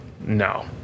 no